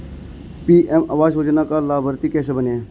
PM आवास योजना का लाभर्ती कैसे बनें?